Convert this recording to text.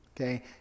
Okay